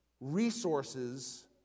resources